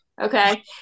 Okay